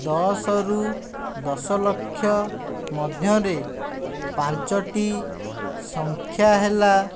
ଦଶରୁ ଦଶଲକ୍ଷ ମଧ୍ୟରେ ପାଞ୍ଚୋଟି ସଂଖ୍ୟା ହେଲା